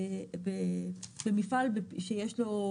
במפעל שיש לו,